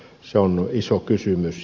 se on iso kysymys